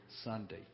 Sunday